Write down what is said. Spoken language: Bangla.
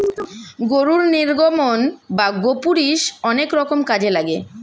গরুর নির্গমন বা গোপুরীষ অনেক রকম কাজে লাগে